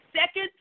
second